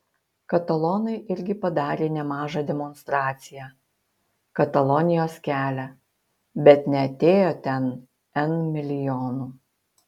katalonai irgi padarė nemažą demonstraciją katalonijos kelią bet neatėjo ten n milijonų